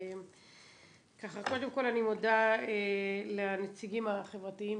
קודם כול אני מודה לנציגים החברתיים